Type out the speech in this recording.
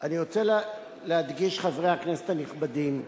רוצה להדגיש, חברי הכנסת הנכבדים,